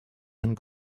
and